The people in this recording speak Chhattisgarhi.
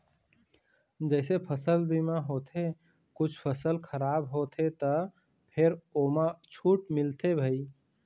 जइसे फसल बीमा होथे कुछ फसल खराब होथे त फेर ओमा छूट मिलथे भई